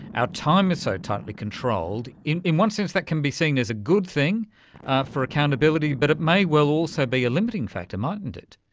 our time is so tightly controlled, in in one sense that can be seen as a good thing for accountability, but it may well also be a limiting factor mightn't it.